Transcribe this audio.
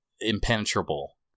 impenetrable